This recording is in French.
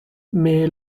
mais